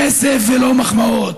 כסף ולא מחמאות.